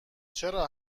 چرا